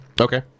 Okay